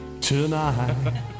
tonight